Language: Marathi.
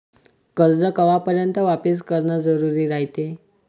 कर्ज कवापर्यंत वापिस करन जरुरी रायते?